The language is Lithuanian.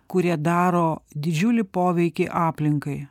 kurie daro didžiulį poveikį aplinkai